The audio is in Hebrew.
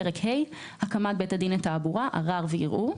פרק ה': הקמת בית דין לתעבורה, ערר וערעור.